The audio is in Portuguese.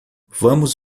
vamos